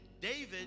David